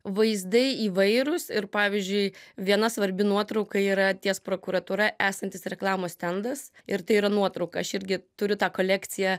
vaizdai įvairūs ir pavyzdžiui viena svarbi nuotrauka yra ties prokuratūra esantis reklamos stendas ir tai yra nuotrauka aš irgi turiu tą kolekciją